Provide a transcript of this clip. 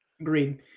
Agreed